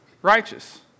righteous